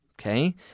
Okay